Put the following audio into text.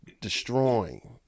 destroying